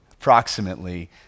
approximately